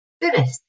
finished